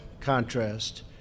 contrast